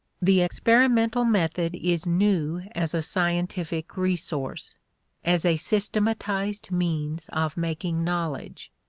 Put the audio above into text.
the experimental method is new as a scientific resource as a systematized means of making knowledge,